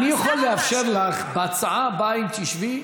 תקשיבי, אני יכול לאפשר לך בהצעה הבאה, אם תשבי,